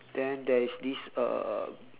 then there is this uh